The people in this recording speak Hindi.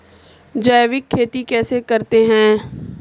जैविक खेती कैसे करते हैं?